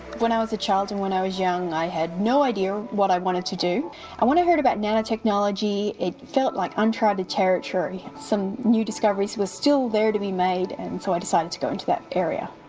when i was a child and when i was young i had no idea what i wanted to do, and when i heard about nanotechnology it felt like uncharted territory. some new discoveries were still there to be made and so i decided to go into that area.